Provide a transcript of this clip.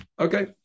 Okay